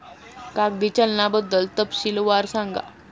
कागदी चलनाबद्दल तपशीलवार सांगा